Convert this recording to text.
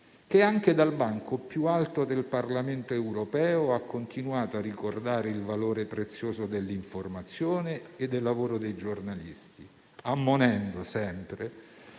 ed anche dal banco più alto del Parlamento europeo ha continuato a ricordare il valore prezioso dell'informazione e del lavoro dei giornalisti, ammonendo sempre